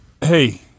hey